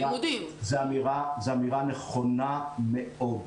זאת אמירה נכונה מאוד.